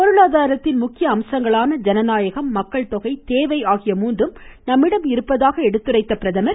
பொருளாதாரத்தின் முக்கிய அம்சங்களான ஜனநாயகம் மக்கள்தொகை தேவை ஆகிய முன்றும் நம்மிடம் இருப்பதாக பிரதமர் எடுத்துரைத்தார்